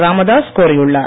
ராமதாஸ் கோரியுள்ளார்